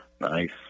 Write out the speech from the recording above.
Nice